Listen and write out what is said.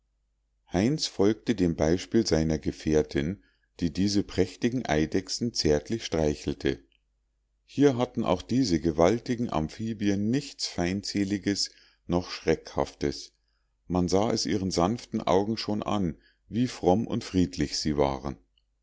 heinz folgte dem beispiel seiner gefährtin die diese prächtigen eidechsen zärtlich streichelte hier hatten auch diese gewaltigen amphibien nichts feindseliges noch schreckhaftes man sah es ihren sanften augen schon an wie fromm und friedlich sie waren